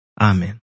Amen